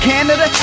Canada